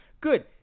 Good